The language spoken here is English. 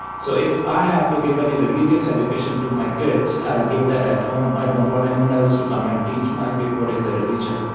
so if i have to give any religious education to my kids, i'll give that at home. i don't want anyone else to come and teach my kid what is a religion.